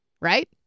right